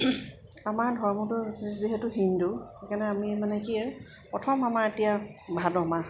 আমাৰ ধৰ্মটো যিহেতু হিন্দু সেইকাৰণে আমি মানে কি প্ৰথম আমাৰ এতিয়া ভাদমাহ